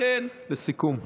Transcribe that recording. לכן, לסיכום.